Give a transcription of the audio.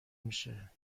میشه